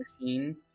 machine